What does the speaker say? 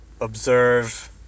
observe